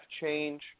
change